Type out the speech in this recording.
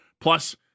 Plus